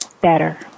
better